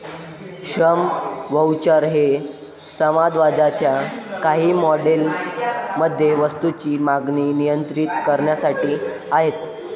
श्रम व्हाउचर हे समाजवादाच्या काही मॉडेल्स मध्ये वस्तूंची मागणी नियंत्रित करण्यासाठी आहेत